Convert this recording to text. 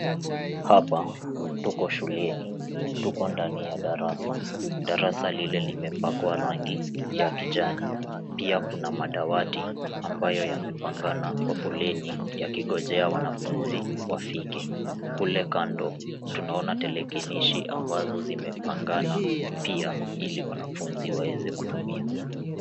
Hapa tuko shuleni tuko ndani ya darasa, darasa lili limepakwa rangi ya kijani pia kuna madawati ambayo yamepangana kwa foleni yakingojea wanafunzi wafike kule kando tunaona telekinishi amabazo zimepangana pia ili wanafunzi waweze kutumia.